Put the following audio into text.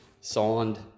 signed